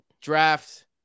draft